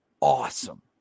awesome